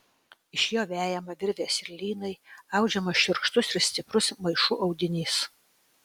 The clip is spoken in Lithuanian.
iš jo vejama virvės ir lynai audžiamas šiurkštus ir stiprus maišų audinys